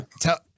Tell